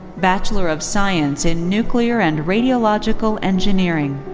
bachelor of science in nuclear and radiological engineering.